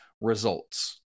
results